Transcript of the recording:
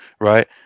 right